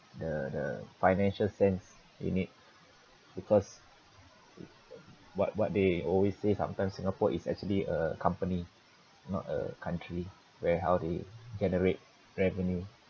the the financial sense in it because what what they always say sometimes singapore is actually a company not a country where how they generate revenue and